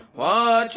law